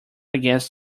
against